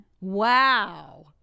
Wow